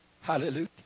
Hallelujah